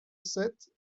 sept